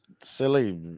silly